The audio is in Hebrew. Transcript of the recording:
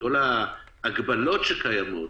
כל ההגבלות שקיימות,